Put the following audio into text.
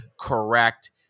correct